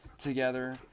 together